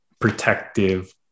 protective